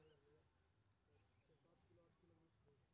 मक्का खेत में कमौनी करेय केय लेल कुन संयंत्र उपयोग कैल जाए छल?